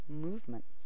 movements